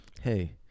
Hey